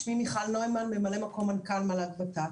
שמי מיכל נוימן, מ"מ מנכ"ל מל"ג/ות"ת.